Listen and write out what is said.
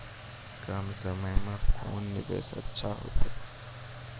कम समय के कोंन निवेश अच्छा होइतै?